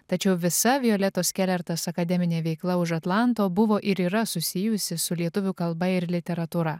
tačiau visa violetos kelertas akademinė veikla už atlanto buvo ir yra susijusi su lietuvių kalba ir literatūra